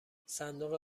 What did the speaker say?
صندوق